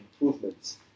improvements